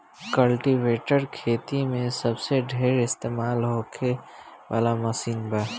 cultivator खेती मे सबसे ढेर इस्तमाल होखे वाला मशीन बा